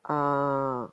ah